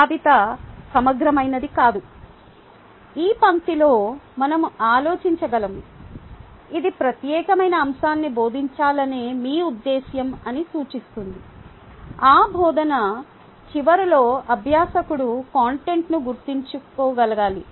జాబితా సమగ్రమైనది కాదు ఈ పంక్తిలో మనం ఆలోచించగలము ఇది ప్రత్యేకమైన అంశాన్ని బోధించాలనే మీ ఉద్దేశ్యం అని సూచిస్తుంది ఆ బోధన చివరలో అభ్యాసకుడు కంటెంట్ను గుర్తుంచుకోగలగాలి